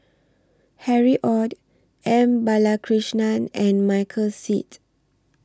Harry ORD M Balakrishnan and Michael Seet